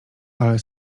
ale